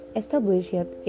established